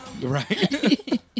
Right